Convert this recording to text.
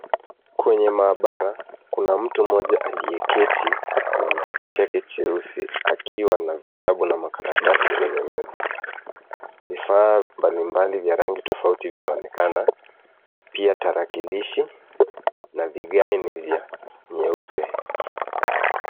Kwenye maabara kuna mtu mmoja aliyeketi kwenye kiti chake cheusi akiwa na vitabu na makaratasi kwenye meza. Vifaa mbalimbali vya rangi tofauti vinaonekana pia tarakilishi na vigae ni vya nyeupe.